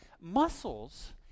muscles